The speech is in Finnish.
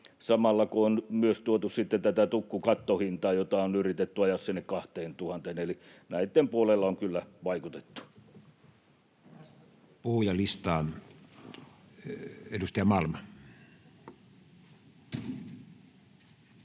samalla on myös tuotu sitten tätä tukkukattohintaa, jota on yritetty ajaa sinne 2 000:een, eli näitten puolella on kyllä vaikutettu. Puhujalistaan. — Edustaja Malm.